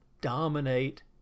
dominate